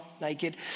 naked